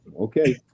Okay